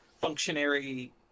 functionary